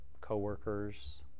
co-workers